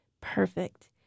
Perfect